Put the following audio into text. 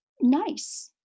nice